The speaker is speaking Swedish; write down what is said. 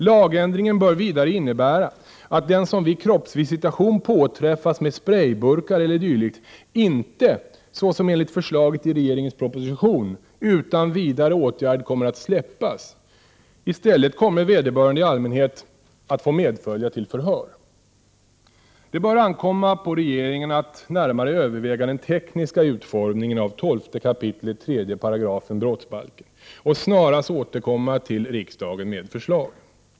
Lagändringen bör vidare innebära att den som vid kroppsvisitation påträffas med sprejburkar e.d. inte, såsom enligt förslaget i regeringens proposition, utan vidare åtgärd kommer att släppas. I stället kommer vederbörande i allmänhet att få medfölja till förhör. Det bör ankomma på regeringen att närmare överväga den tekniska utformningen av 12 kap. 3§ brottsbalken och snarast återkomma till riksdagen med förslag.